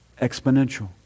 exponential